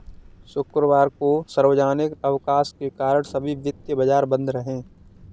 शुक्रवार को सार्वजनिक अवकाश के कारण सभी वित्तीय बाजार बंद रहे